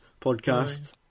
podcast